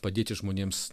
padėti žmonėms